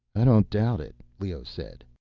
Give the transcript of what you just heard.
i don't doubt it, leoh said.